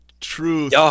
truth